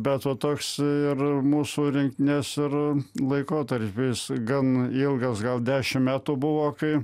bet va toks ir mūsų rinktinės ir laikotarpiais gan ilgas gal dešim metų buvo kai